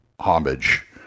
homage